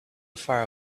far